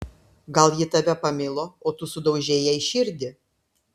gal ji tave pamilo o tu sudaužei jai širdį